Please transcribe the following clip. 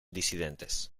disidentes